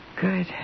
Good